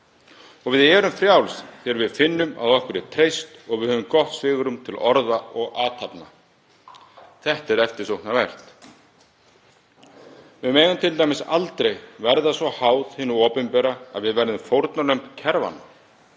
Og við erum frjáls þegar við finnum að okkur er treyst og við höfum gott svigrúm til orða og athafna. Þetta er eftirsóknarvert. Við megum til dæmis aldrei verða svo háð hinu opinbera að við verðum fórnarlömb kerfanna.